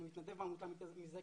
אני מתנדב בדוברות